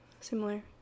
similar